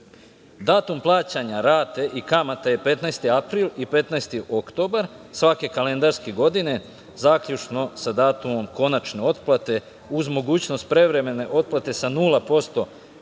Datum plaćanja rate i kamate je 15. april i 15. oktobar svake kalendarske godine, zaključno sa datumom konačne otplate, uz mogućnost prevremene otplate sa 0%